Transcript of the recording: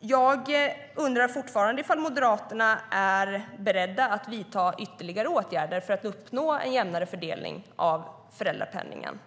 Jag undrar fortfarande om Moderaterna är beredda att vidta ytterligare åtgärder för att uppnå en jämnare fördelning av föräldrapenningen.